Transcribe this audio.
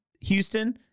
Houston